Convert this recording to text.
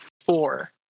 four